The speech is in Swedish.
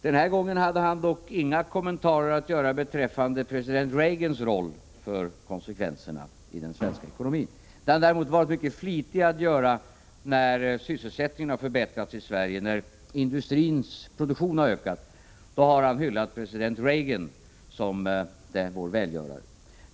Den här gången hade han dock inga kommentarer att göra beträffande president Reagans roll för konsekvenserna i den svenska ekonomin. När sysselsättningen har förbättrats i Sverige och när industrins produktion har ökat, då har han däremot varit mycket flitig med att hylla president Reagan som vår välgörare.